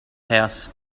house